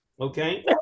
okay